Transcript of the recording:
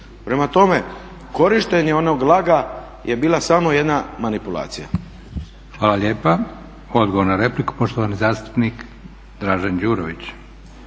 Prema tome, korištenje onog … je bila samo jedna manipulacija. **Leko, Josip (SDP)** Hvala lijepa. Odgovor na repliku, poštovani zastupnik Dražen Đurović.